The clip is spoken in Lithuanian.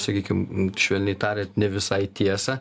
sakykim švelniai tariant ne visai tiesą